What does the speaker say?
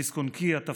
הדיסק-און-קי, הטפטפות,